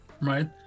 right